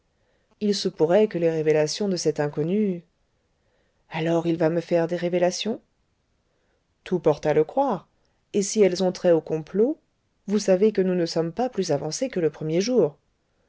il se pourrait que les révélations de cet inconnu alors il va me faire des révélations tout porte à le croire et si elles ont trait au complot vous savez que nous ne sommes pas plus avancés que le premier jour